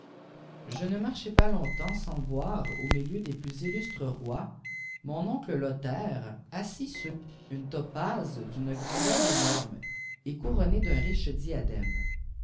je ne marchai paa longtmpsans viûr atik itiâiu des plus iuustres rois mon oncle l assis une topase d'une grandeur énorme t couronné d'un riche diadème